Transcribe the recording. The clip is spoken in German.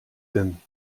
denn